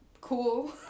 Cool